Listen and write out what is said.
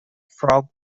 frog